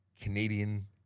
Canadian